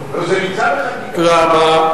תודה רבה.